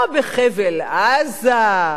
לא בחבל-עזה,